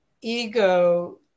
ego